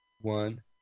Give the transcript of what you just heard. one